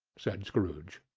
said scrooge.